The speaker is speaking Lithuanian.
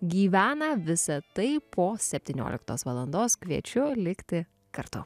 gyvena visa tai po septynioliktos valandos kviečiu likti kartu